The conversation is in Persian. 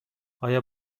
آیا